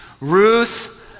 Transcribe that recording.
Ruth